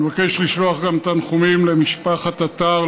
אני מבקש לשלוח גם תנחומים למשפחת עטר,